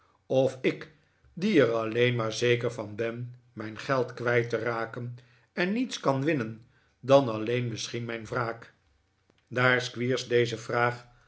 of ik die er alleen maau zeker van ben mijn geld kwijt te raken en niets kan winnen dan alleen misschien mijn wraak daar squeers deze vraag